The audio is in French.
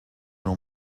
l’on